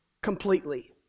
completely